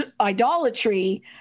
idolatry